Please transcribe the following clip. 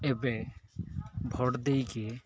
ଏବେ ଭୋଟ୍ ଦେଇକି